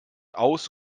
aus